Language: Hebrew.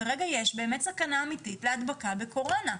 כרגע יש באמת סכנה אמיתית להדבקה בקורונה,